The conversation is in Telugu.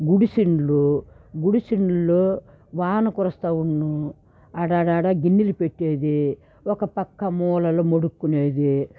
గుడిసె ఇండ్లు గుడిసే ఇండ్లలో వాన కురుస్తూ ఉండును ఆడాడాడ గిన్నెలు పెట్టేది ఒకపక్క మూలలు ముడుక్కునేది